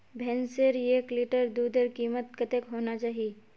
भैंसेर एक लीटर दूधेर कीमत कतेक होना चही?